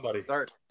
start